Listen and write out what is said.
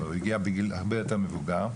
הוא הגיע בגיל הרבה יותר מבוגר.